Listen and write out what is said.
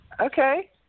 Okay